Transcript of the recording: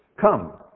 come